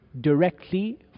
directly